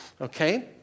Okay